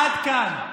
עד כאן.